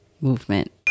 movement